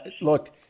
look